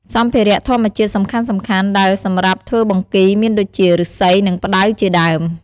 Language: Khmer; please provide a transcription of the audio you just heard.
សម្ភារៈធម្មជាតិសំខាន់ៗដែលសម្រាប់ធ្វើបង្គីមានដូចជា ឫស្សី និងផ្តៅជាដើម។